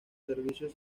servicios